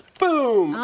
boom.